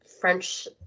French